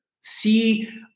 see